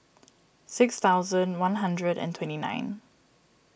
six thousand one hundred and twenty nine